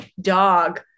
dog